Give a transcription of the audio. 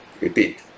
repeat